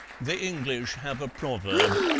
the english have a proverb,